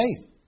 faith